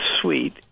sweet